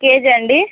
కేజీయా అండి